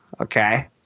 okay